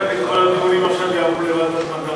ההצעה להעביר את הנושא לוועדת המדע